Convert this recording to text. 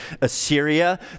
Assyria